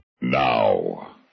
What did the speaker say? Now